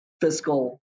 fiscal